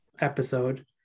episode